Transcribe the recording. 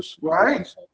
Right